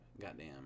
goddamn